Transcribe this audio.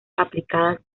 aplicadas